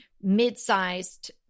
mid-sized